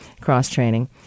cross-training